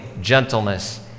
gentleness